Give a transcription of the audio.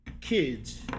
kids